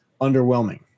underwhelming